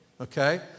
Okay